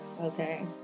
Okay